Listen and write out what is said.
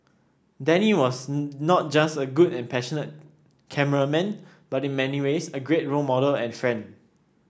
Danny was not just a good and passionate cameraman but in many ways a great role model and friend